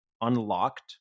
unlocked